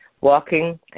Walking